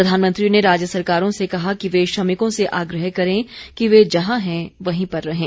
प्रधानमंत्री ने राज्य सरकारों से कहा कि वे श्रमिकों से आग्रह करें कि वे जहां हैं वहीं पर रहें